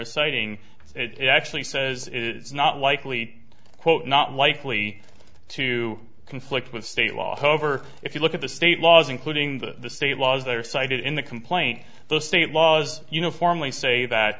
citing it actually says it's not likely quote not likely to conflict with state law however if you look at the state laws including the state laws they were cited in the complaint the state laws uniformly say that